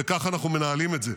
וככה אנחנו מנהלים את זה.